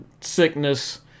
sickness